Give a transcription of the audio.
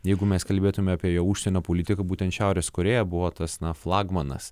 jeigu mes kalbėtumėme apie užsienio politiką būtent šiaurės korėja buvo tas na flagmanas